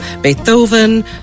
Beethoven